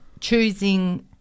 choosing